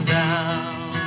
down